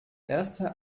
erste